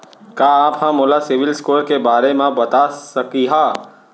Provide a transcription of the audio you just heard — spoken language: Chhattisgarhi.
का आप हा मोला सिविल स्कोर के बारे मा बता सकिहा?